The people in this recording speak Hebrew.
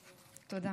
תודה.